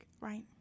Right